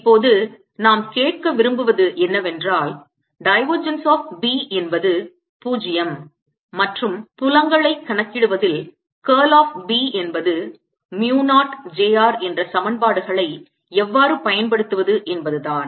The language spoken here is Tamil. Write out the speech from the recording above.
இப்போது நாம் கேட்க விரும்புவது என்னவென்றால் divergence of B என்பது 0 மற்றும் புலங்களைக் கணக்கிடுவதில் curl of B என்பது mu 0 j r என்ற சமன்பாடுகளை எவ்வாறு பயன்படுத்துவது என்பதுதான்